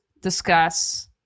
discuss